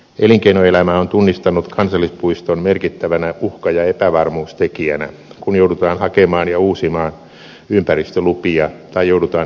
elinkeinoelämä on tunnistanut kansallispuiston merkittävänä uhka ja epävarmuustekijänä kun joudutaan hakemaan ja uusimaan ympäristölupia tai joudutaan yva menettelyyn